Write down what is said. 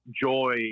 joy